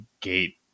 gate